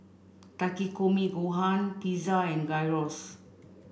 Takikomi Gohan Pizza and Gyros